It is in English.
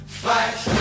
flash